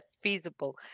feasible